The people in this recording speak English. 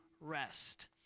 rest